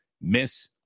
miss